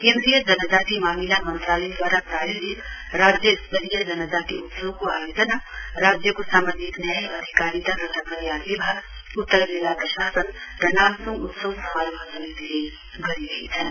केन्द्रीय जनजाति मामिला मन्त्रालयदूवरा प्रायोजित राज्य स्तरीय जनजाति उत्सवको आयोजना राज्यको सामाजिक न्याय अधिकारिता तथा कल्याण विभाग उत्तर जिल्ला प्रशासन र नाम्सूङ उत्सव समारोह समितिले गरिरहेछन्